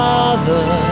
Father